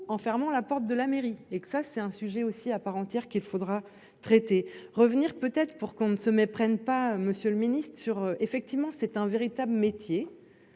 en fermant la porte de la mairie et que ça c'est un sujet aussi à part entière qu'il faudra traiter revenir peut-être pour qu'on ne se méprenne pas, Monsieur le Ministre, sur, effectivement, c'est un véritable métier.